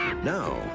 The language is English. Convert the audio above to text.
Now